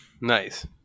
Nice